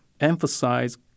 emphasize